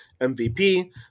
MVP